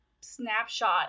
snapshot